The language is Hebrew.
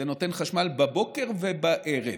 וזה נותן חשמל בבוקר ובערב,